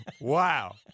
Wow